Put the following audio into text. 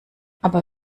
aber